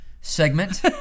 Segment